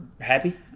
happy